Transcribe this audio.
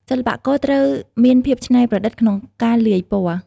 សិល្បករត្រូវមានភាពច្នៃប្រឌិតក្នុងការលាយពណ៌។